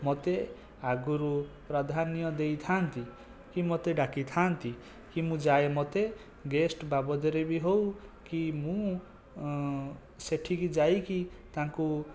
ମୋତେ ଆଗରୁ ପ୍ରାଧାନ୍ୟ ଦେଇଥାନ୍ତି କି ମୋତେ ଡାକିଥାନ୍ତି କି ମୁଁ ଯାଏ ମୋତେ ଗେଷ୍ଟ ବାବଦରେ ବି ହେଉ କି ମୁଁ ସେଠିକି ଯାଇକି ତାଙ୍କୁ